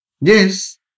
Yes